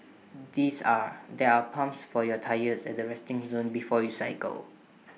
these are there are pumps for your tyres at the resting zone before you cycle